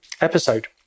episode